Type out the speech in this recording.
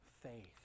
faith